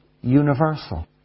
universal